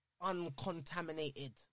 uncontaminated